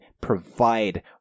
provide